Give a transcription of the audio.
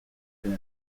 rue